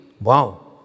wow